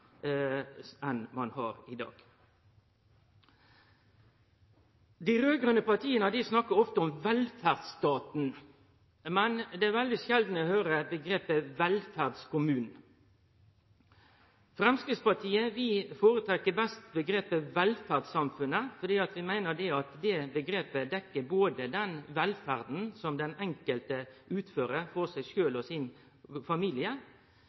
enn ein har i dag. Dei raud-grøne partia snakkar ofte om «velferdsstaten», men det er veldig sjeldan at eg høyrer omgrepet «velferdskommunen». Framstegspartiet føretrekkjer omgrepet «velferdssamfunnet», fordi vi meiner det omgrepet dekkjer både den velferda som den enkelte utfører for seg sjølv og sin familie,